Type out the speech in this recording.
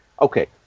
Okay